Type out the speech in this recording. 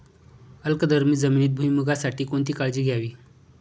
अल्कधर्मी जमिनीत भुईमूगासाठी कोणती काळजी घ्यावी?